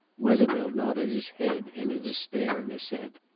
wethermill nodded his head in a despairing assent.